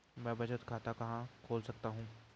मैं बचत खाता कहां खोल सकता हूँ?